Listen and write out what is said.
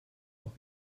auch